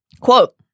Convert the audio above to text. Quote